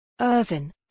Irvin